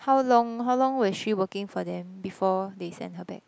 how long how long was she working for them before they send her back